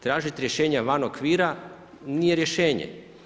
Tražiti rješenje van okvira nije rješenje.